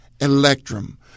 electrum